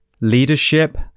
leadership